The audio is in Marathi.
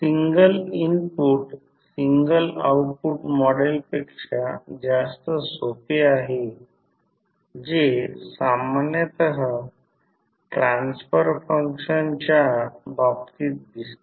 single input single output model पेक्षा जास्त सोपे आहे जे सामान्यतः ट्रान्सफर फंक्शनच्या बाबतीत दिसते